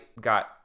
got